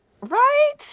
Right